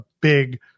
big